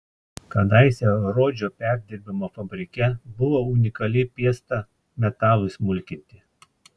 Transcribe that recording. kadaise rodžio perdirbimo fabrike buvo unikali piesta metalui smulkinti